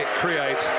create